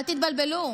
אל תתבלבלו.